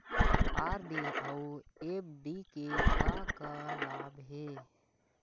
RD अऊ FD के का लाभ हे?